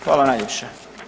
Hvala najljepša.